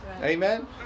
Amen